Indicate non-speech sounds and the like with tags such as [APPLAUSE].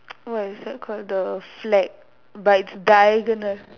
[NOISE] what is that called the flag but it's diagonal